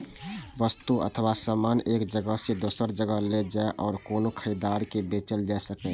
वस्तु अथवा सामान एक जगह सं दोसर जगह लए जाए आ कोनो खरीदार के बेचल जा सकै